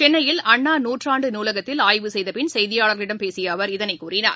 சென்னையில் அண்ணா நூற்றாண்டு நூலகத்தில் ஆய்வு செய்தபின் செய்தியாளர்களிடம் பேசியஅவர் இதனைகூறினார்